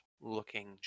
looking